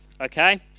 okay